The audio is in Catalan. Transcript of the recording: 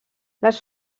les